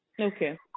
Okay